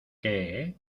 qué